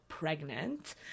pregnant